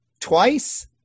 Twice